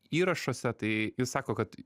įrašuose tai ji sako kad